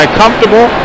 comfortable